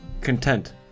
content